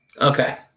Okay